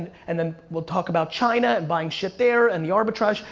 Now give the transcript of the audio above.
and then we'll talk about china and buying shit there and the arbitrage.